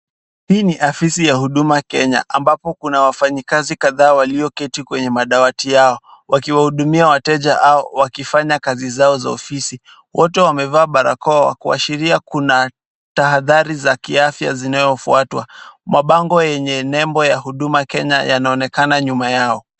Hii ni afisi ya Huduma Kenya ambapo kuna wafanyikazi kadhaa walioketi kwenye madawati yao wakiwahudumia wateja au wakifanya kazi zao za ofisi. Wote wamevaa barakoa wakiashiria kuwa Kuna tahadhari za kiafya zinayofuatwa. Mabango yenye nembo ya Huduma Kenya yanaonekana nyuma yao.